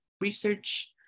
research